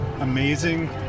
amazing